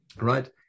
Right